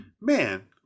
man